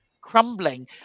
crumbling